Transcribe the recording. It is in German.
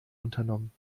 unternommen